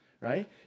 right